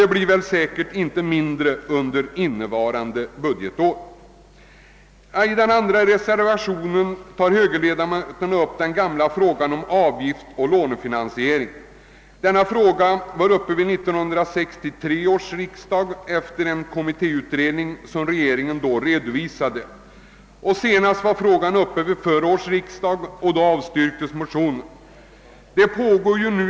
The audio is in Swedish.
Jag tror att det inte blir mindre under innevarande budgetår. I reservationen 1 b tar högerledamöterna inom utskottet upp den gamla frågan om avgiftsoch lånefinansiering. Denna fråga var uppe vid 1963 års riksdag efter en kommittéutredning, som regeringen då redovisade. Senast behandlades frågan vid förra årets riksdag, då en motion i ärendet avslogs.